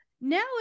now